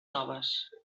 noves